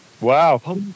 Wow